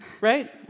Right